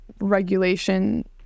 regulation